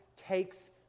takes